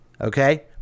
Okay